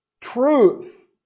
truth